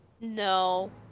No